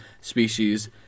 species